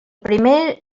primer